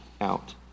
out